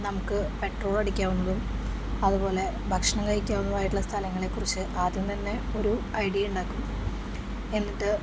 നമുക്ക് പെട്രോൾ അടിക്കാവുന്നതും അതുപോലെ ഭക്ഷണം കഴിക്കാവുന്നതുമായിട്ടുള്ള സ്ഥലങ്ങളെക്കുറിച്ച് ആദ്യം തന്നെ ഒരു ഐഡിയ ഉണ്ടാക്കും എന്നിട്ട്